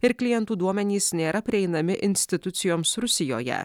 ir klientų duomenys nėra prieinami institucijoms rusijoje